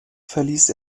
verließ